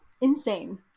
Insane